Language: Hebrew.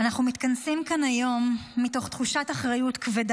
הלב נשבר לראות את אחינו ואחיותינו תושבי